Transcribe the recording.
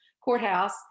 courthouse